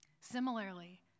Similarly